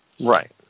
Right